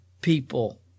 people